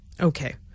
Okay